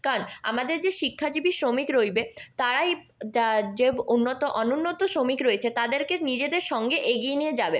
কারণ আমাদের যে শিক্ষাজীবী শ্রমিক রইবে তারাই যা যে উন্নত অনুন্নত শ্রমিক রয়েছে তাদেরকে নিজেদের সঙ্গে এগিয়ে নিয়ে যাবে